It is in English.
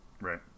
Right